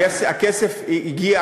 הכסף פשוט לא הגיע.